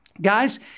guys